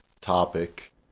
topic